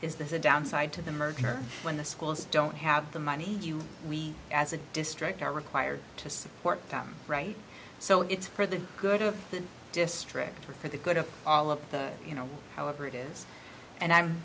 there's a downside to the merger when the schools don't have the money we as a district are required to support them right so it's for the good of the district or for the good of all of you know however it is and i'm